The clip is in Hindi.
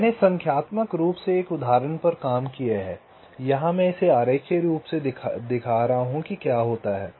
मैंने संख्यात्मक रूप से एक उदाहरण पर काम किया है यहां मैं इसे आरेखीय रूप से दिखा रहा हूं कि क्या होता है